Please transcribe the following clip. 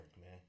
man